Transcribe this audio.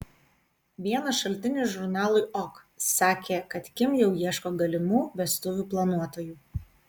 vienas šaltinis žurnalui ok sakė kad kim jau ieško galimų vestuvių planuotojų